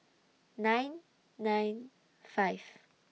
nine nine five